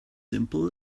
simple